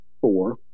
four